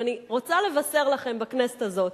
ואני רוצה לבשר לכם בכנסת הזאת,